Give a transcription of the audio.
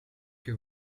que